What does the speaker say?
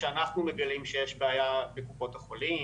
כשאנחנו מגלים שיש בעיה בקופות החולים,